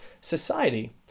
society